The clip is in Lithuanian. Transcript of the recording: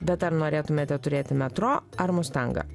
bet ar norėtumėte turėti metro ar mustangą